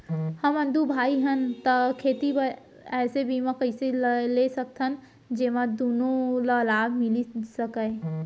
हमन दू भाई हन ता खेती बर ऐसे बीमा कइसे ले सकत हन जेमा दूनो ला लाभ मिलिस सकए?